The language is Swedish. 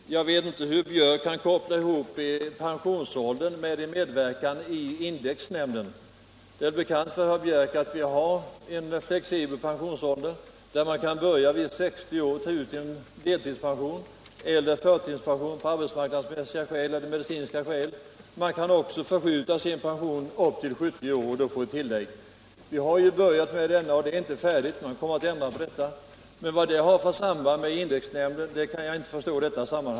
Herr talman! Jag vet inte hur herr Biörck i Värmdö kan koppla ihop pensionsåldern med medverkan i indexnämnden. Det är väl bekant för honom att vi har en flexibel pensionsålder; vid 60 år kan man börja ta ut deltidspension eller förtidspension av arbetsmarknadsmässiga eller medicinska skäl. Man kan också uppskjuta sin pensionering tills man uppnår 70 år och då få tillägg. Vi har ju börjat med denna ordning, men systemet är inte färdigt utan kommer att ändras. Vad det har för samband med indexnämnden kan jag inte förstå.